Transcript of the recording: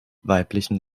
weiblichen